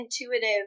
intuitive